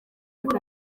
kandi